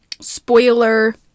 spoiler